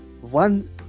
one